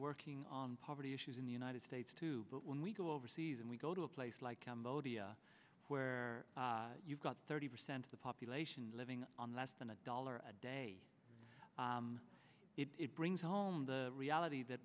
working on poverty issues in the united states too but when we go overseas and we go to a place like cambodia where you've got thirty percent of the population living on less than a dollar a day it brings home the reality that